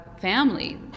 family